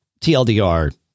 TLDR